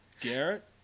Garrett